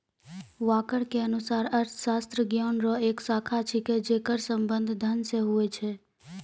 walker के अनुसार अर्थशास्त्र ज्ञान रो एक शाखा छिकै जेकर संबंध धन से हुवै छै